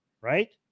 right